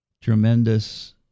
tremendous